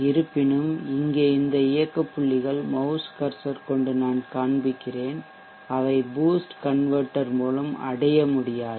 இருப்பினும் இங்கே இந்த இயக்க புள்ளிகள் மவுஸ் கர்சர் கொண்டு நான் காண்பிக்கிறேன் அவை பூஸ்ட் கன்வெர்ட்டெர் மூலம் அடைய முடியாது